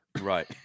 Right